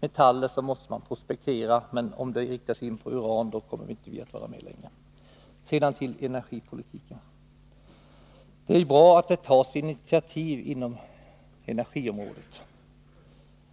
metaller måste prospektera. Men om prospekteringen inriktas på uran kommer inte vi att vara med längre. Sedan till energipolitiken. Det är ju bra att det tas initiativ inom energiområdet.